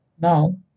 Now